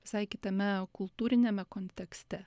visai kitame kultūriniame kontekste